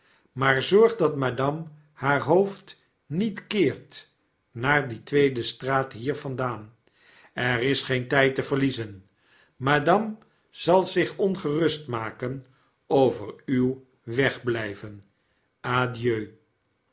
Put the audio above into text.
maar zorg dat madatnehaar hoofd niet keert naar die tweede straat hier vandaan er is geen tyd te verliezen madame zal zich ongerust maken over uw wegblyven adieu